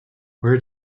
where